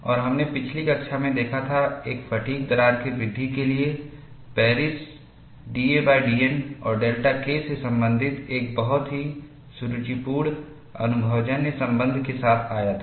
और हमने पिछली कक्षा में देखा था एक फ़ैटिग् दरार की वृद्धि के लिए पेरिस dadN और डेल्टा K से संबंधित एक बहुत ही सुरुचिपूर्ण अनुभवजन्य संबंध के साथ आया था